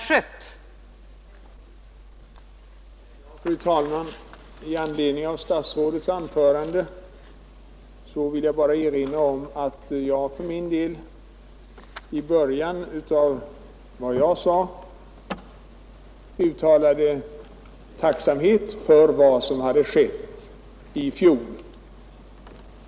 Fru talman! I anledning av statsrådets inlägg vill jag erinra om att jag för min del i början av mitt anförande uttalade tacksamhet för vad som hade skett i fjol.